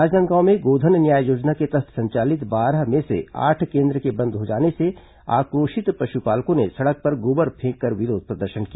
राजनांदगांव में गोधन न्याय योजना के तहत संचालित बारह में से आठ केन्द्र के बंद हो जाने के बाद आक्रोशित पशुपालकों ने सड़क पर गोबर फेंककर विरोध प्रदर्शन किया